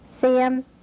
Sam